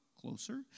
closer